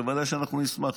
בוודאי שאנחנו נשמח,